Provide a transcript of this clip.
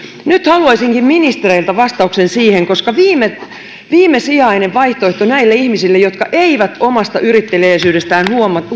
nyt haluaisinkin ministereiltä vastauksen siihen kun viimesijainen vaihtoehto näille ihmisille jotka eivät omasta yritteliäisyydestään